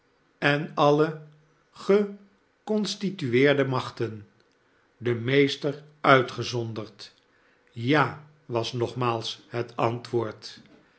en alle geconstitueerde machten den meester uitgezonderd sja was nogmaals het antwoord